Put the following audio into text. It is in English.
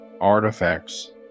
artifacts